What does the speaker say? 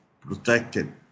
protected